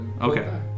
Okay